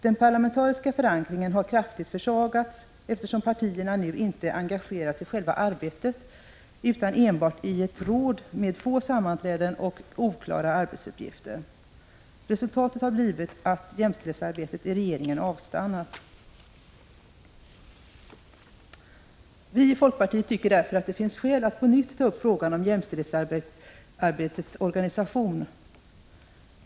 Den parlamentariska förankringen har kraftigt ZIG Granskning av statsrå försvagats, eftersom partierna nu inte engagerats i själva arbetet utan enbart i = SA z ä dens tjänsteutövning ett råd med få sammanträden och oklara arbetsuppgifter. Resultatet har m.m. blivit att jämställdhetsarbetet i regeringen har avstannat. Vi i folkpartiet tycker att det därför finns skäl att på nytt ta upp frågan om = Regeringens åtgärder jämställdhetsarbetets organisation.